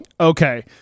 okay